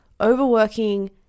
Overworking